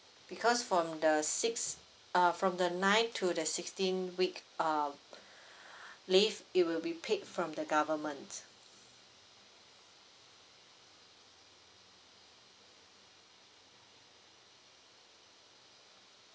because from the sixth uh from the ninth to the sixteenth week uh leave it will be paid from the government